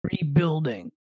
rebuilding